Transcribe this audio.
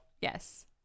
Yes